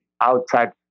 outside